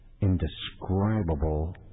indescribable